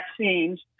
vaccines